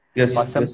yes